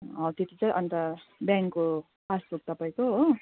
त्यति चाहिँ अन्त ब्याङ्कको पासबुक तपाईँको हो